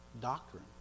doctrine